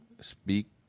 speak